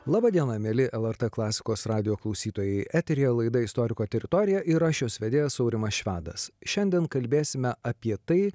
laba diena mieli lrt klasikos radijo klausytojai eteryje laidą istoriko teritorija ir aš jos vedėjas aurimas švedas šiandien kalbėsime apie tai